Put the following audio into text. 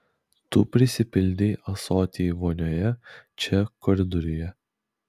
tu prisipildei ąsotį vonioje čia koridoriuje